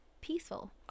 peaceful